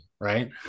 right